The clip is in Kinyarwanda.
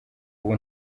ubu